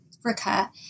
Africa